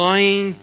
Lying